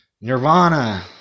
Nirvana